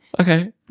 Okay